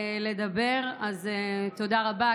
אז תודה רבה.